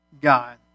God